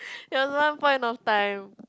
there was one point of time